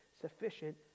sufficient